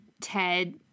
Ted